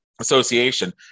association